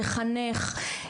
לחנך,